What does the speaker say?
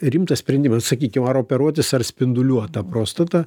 rimtas sprendimas sakykim ar operuotis ar spinduliuot tą prostatą